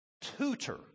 tutor